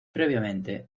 previamente